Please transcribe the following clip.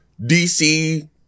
DC